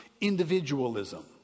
individualism